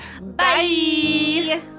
bye